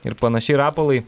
ir panašiai rapolai